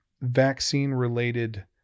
vaccine-related